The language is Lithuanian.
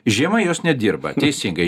žiemą jos nedirba teisingai